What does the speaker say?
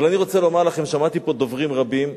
אבל אני רוצה לומר לכם ששמעתי פה דוברים רבים,